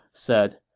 said,